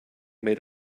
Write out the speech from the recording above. made